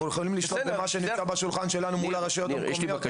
אנחנו יכולים לשלוט במה שנמצא בשולחן שלנו מול הרשויות המקומיות,